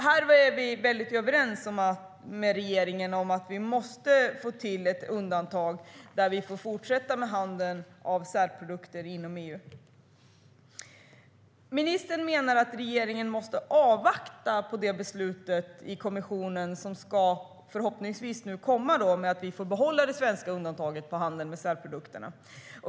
Här är vi väldigt överens med regeringen om att vi måste få till ett undantag så att vi får fortsätta med handel med sälprodukter inom EU. Ministern menar att regeringen måste avvakta det beslut i kommissionen som förhoppningsvis ska komma om att vi ska få behålla det svenska undantaget för handel med sälprodukter.